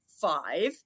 five